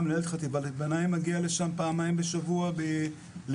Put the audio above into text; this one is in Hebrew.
גם מנהלת חטיבת הביניים מגיעה לשם פעמיים בשבוע ליומיים,